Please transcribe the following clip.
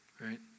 Right